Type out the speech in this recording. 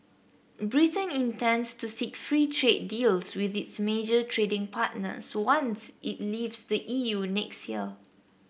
Britain intends to seek free trade deals with its major trading partners once it leaves the E U next year